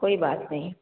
कोई बात नहीं